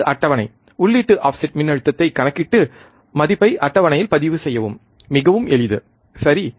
இது அட்டவணை உள்ளீட்டு ஆஃப்செட் மின்னழுத்தத்தைக் கணக்கிட்டு மதிப்பை அட்டவணையில் பதிவு செய்யவும் மிகவும் எளிது சரி